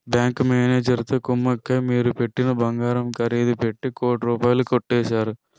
bank మేనేజరుతో కుమ్మక్కై మీరు పెట్టిన బంగారం ఖరీదు పెట్టి కోటి రూపాయలు కొట్టేశారు